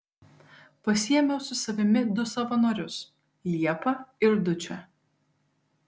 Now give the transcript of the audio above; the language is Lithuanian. pasiėmiau su savimi du savanorius liepą ir dučę